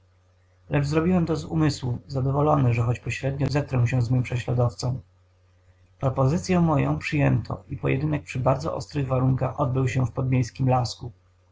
lecz zrobiłem to z umysłu zadowolony że choć pośrednio zetrę się z mym prześladowcą propozycyę moją przyjęto i pojedynek przy bardzo ostrych warunkach odbył się w podmiejskim lasku